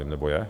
Nebo je?